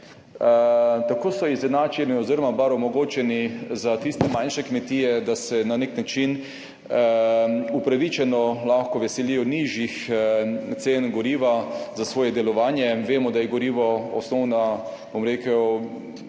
Tako so izenačeni oziroma vsaj omogočeni za tiste manjše kmetije, da se na nek način upravičeno lahko veselijo nižjih cen goriva za svoje delovanje. Vemo, da je gorivo osnovni material,